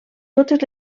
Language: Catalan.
totes